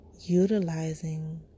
utilizing